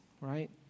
right